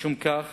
לשם כך